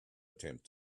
attempt